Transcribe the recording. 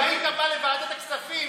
אם היית בא לוועדת הכספים,